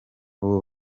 ubu